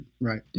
Right